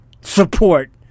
support